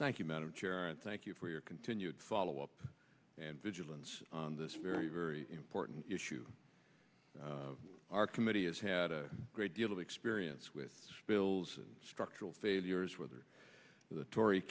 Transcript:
thank you madam chair and thank you for your continued follow up and vigilance on this very very important issue our committee has had a great deal of experience with spills and structural failures whether t